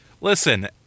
Listen